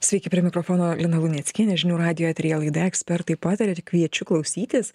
sveiki prie mikrofono lina luneckienė žinių radijo eteryje laida ekspertai pataria ir kviečiu klausytis